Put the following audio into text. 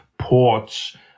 ports